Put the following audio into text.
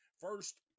First